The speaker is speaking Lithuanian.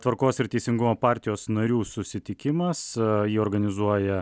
tvarkos ir teisingumo partijos narių susitikimas a jį organizuoja